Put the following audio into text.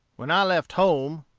when i left home,